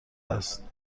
است